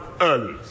early